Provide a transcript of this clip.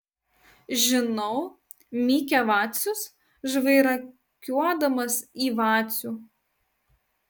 žinau mykia vacius žvairakiuodamas į vacių